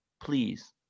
please